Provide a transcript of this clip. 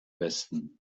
besten